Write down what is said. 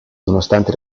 nonostante